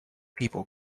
people